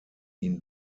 ihn